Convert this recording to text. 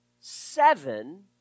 seven